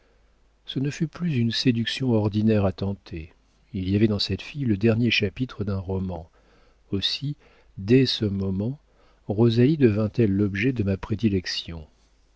ce ne fut plus une séduction ordinaire à tenter il y avait dans cette fille le dernier chapitre d'un roman aussi dès ce moment rosalie devint-elle l'objet de ma prédilection